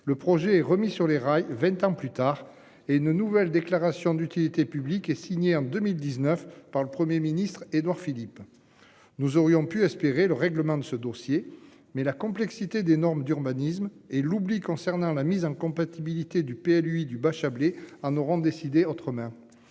Le projet est remise sur les rails. 20 ans plus tard et une nouvelle déclaration d'utilité publique et signé en 2019 par le Premier ministre Édouard Philippe. Nous aurions pu espérer le règlement de ce dossier mais la complexité des normes d'urbanisme et l'oubli concernant la mise en compatibilité du PLU lui du Bachabélé en auront décidé autrement.